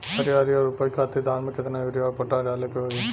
हरियाली और उपज खातिर धान में केतना यूरिया और पोटाश डाले के होई?